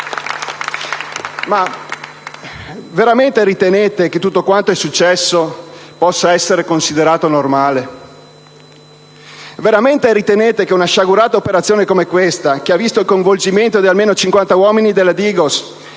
Veramente ritenete che tutto quanto è successo possa essere considerato normale? Veramente ritenete che una sciagurata operazione come questa, che ha visto il coinvolgimento di almeno 50 uomini della DIGOS,